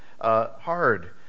hard